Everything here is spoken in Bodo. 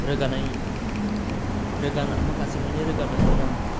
रोगानाय रोगा माखासे मानि रोगानो गोनां